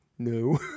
no